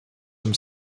some